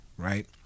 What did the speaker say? Right